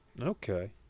Okay